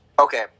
Okay